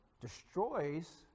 destroys